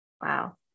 wow